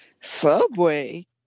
Subway